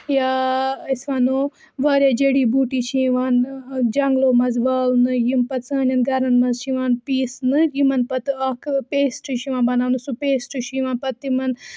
یا أسۍ وَنو واریاہ جڈی بوٗٹی چھِ یِوان جَنٛگلو مَنٛز والنہٕ یِم پَتہٕ سانٮ۪ن گَرَن مَنٛز چھِ یِوان پیٖسنہِ یِمَن پَتہٕ اکھ پیسٹ چھُ یِوان بَناونہٕ سُہ پیسٹ چھُ یِوان پَتہٕ تِمَن